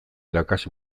daukazu